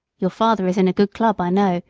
your father is in a good club, i know,